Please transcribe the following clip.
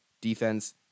defense